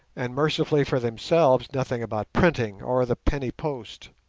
and mercifully for themselves nothing about printing or the penny post.